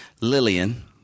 Lillian